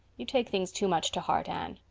you take things too much to heart, anne.